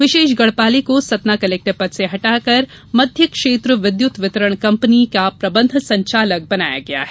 विशेष गढपाले को सतना कलेक्टर पद से हटाकर मध्य क्षेत्र विद्यत वितरण कंपनी प्रबंध संचालक बनाया गया है